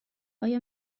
آیا